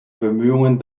bemühungen